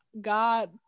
god